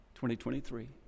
2023